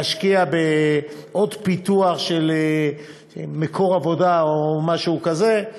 להשקיע בעוד פיתוח של מקור עבודה או משהו כזה.